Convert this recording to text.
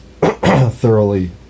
thoroughly